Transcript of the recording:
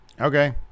Okay